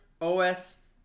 OS